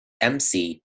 MC